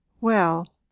Well